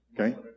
Okay